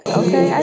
okay